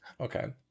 Okay